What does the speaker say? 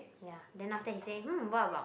ya then after that he say hmm what about